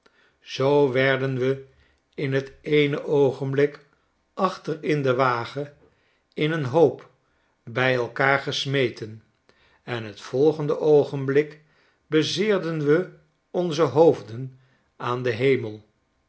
zoo werden we in j t eene oogenblik achter in den wagen in een hoop bij ekaar gesmeten en het volgende oogenblik bezeerden we onze hoofden aan den heme